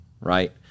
right